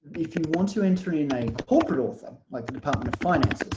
if you want to enter in a corporate author like the department of finance